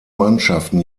mannschaften